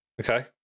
Okay